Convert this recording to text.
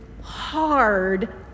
hard